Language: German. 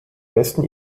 besten